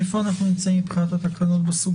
איפה אנחנו נמצאים בתקנון בסוגיה?